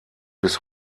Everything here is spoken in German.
bis